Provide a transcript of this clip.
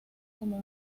como